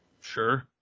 sure